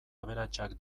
aberatsak